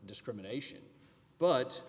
discrimination but